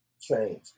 change